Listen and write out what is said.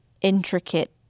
intricate